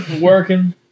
Working